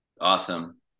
awesome